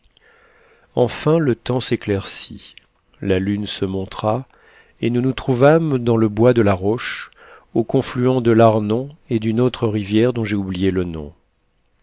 enfin le temps s'éclaircit la lune se montra et nous nous trouvâmes dans le bois de la roche au confluent de l'arnon et d'une autre rivière dont j'ai oublié le nom